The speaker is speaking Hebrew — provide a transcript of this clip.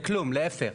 לאפשר,